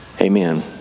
Amen